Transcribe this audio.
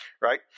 right